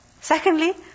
Secondly